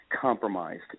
compromised